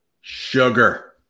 sugar